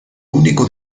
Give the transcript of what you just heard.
único